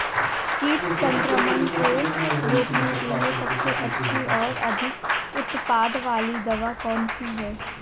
कीट संक्रमण को रोकने के लिए सबसे अच्छी और अधिक उत्पाद वाली दवा कौन सी है?